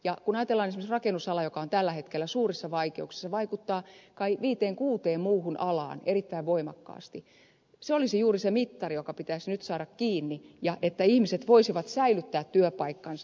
ja kun ajatellaan esimerkiksi rakennusalaa joka on tällä hetkellä suurissa vaikeuksissa vaikuttaa kai viiteen kuuteen muuhun alaan erittäin voimakkaasti se olisi juuri se mittari joka pitäisi nyt saada kiinni että ihmiset voisivat säilyttää työpaikkansa